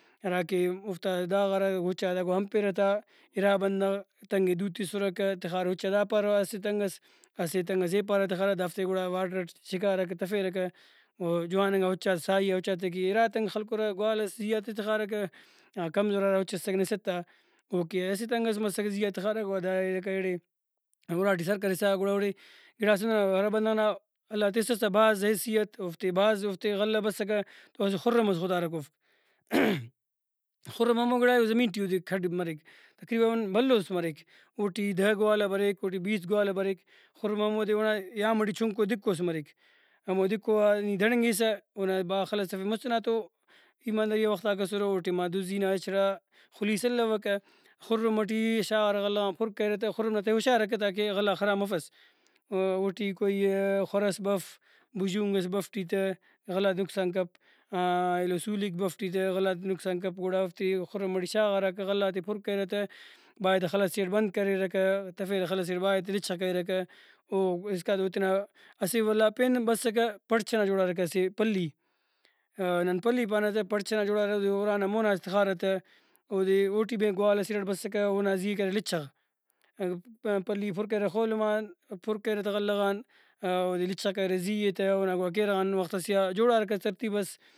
ہراکہ اوفتا داغارہ اُچاتا گڑا امپیرہ تا اِرا بندغ تنگے دو تسرکہ تخارہ اُچا داپاروا اسہ تنگس اسہ تنگس ایپارا تخارہ دافتے گڑا وارڈر اٹ چکارکہ تفیرکہ ؤ جواننگا اُچا ساہیا اُچاتیکہ اِرا تنگ خلکُرہ گوالس زیہا تہ تخارکہ ءَ کمزورا ہرا اُچ اسکہ نسِتا اوکہ اسہ تنگس مسکہ زیہا تخارہ گڑا دا ایرہ کہ ایڑے اُراٹی سر کرسا گڑا اوڑے گڑاس نا ہرا بندغ نا اللہ تسس تہ بھاز حیثیت اوفتے بھاز اوفتے غلہ بسکہ تو خرم ئس ختارک اوفک(voice) خرم ہمو گڑائے اوزمین ٹی اودے کھڈ مریک۔ تقریباً بھلوس مریک اوٹی دہ گوالہ اوٹی یست گوالہ بریک خرم ہمودے اونا یام ٹی چُنکو دِکوس مریک ہمودے دِکو آ نی دڑنگسہ اونا باآ خلس تفسہ مُست ئنا تو ایمانداریئا وختاک اسرہ او ٹائما دُزی نا ہچڑا خُلیس الوکہ خرم ٹی شاغارہ غلہ غان پُر کریرہ تہ خرم نا تہہ ئے ہُشارکہ تاکہ غلہ غاک خراب مفس اوٹی کوئی خُرئس بف بژونگ ئس بف ٹی تہ غلہ غاتے نقصان کپ ایلو سُولک بف غلہ غاتے نقصان گڑا اوفتے خرم ٹی شاغارَکہ غلہ غاتے پُر کریرہ تہ بائے تہ خل سے اٹ بند کریرکہ تفیرہ خل سے اٹ بائے تہ لچغ کریرکہ او اسکا او تینا اسہ ولا پین ہم بسکہ پڑچ ئنا جوڑارکہ اسہ پلی نن پلی پانہ تہ پڑچ ئنا جوڑارہ اودے اُرانا مونا تخارہ تہ اودے اوٹی بھی گوالس اِرٹ بسکہ اونا زی ئے کریرہ لچغ پلی ئے پُر کریرہ خولم آن پُر کریرہ تہ غلہ غان اودے لچغ کریرہ زی ئے تہ اونا گڑا کیرغان وختس یا جوڑارکہ ترتیب اس۔